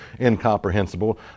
incomprehensible